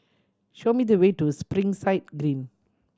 show me the way to Springside Green